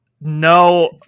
No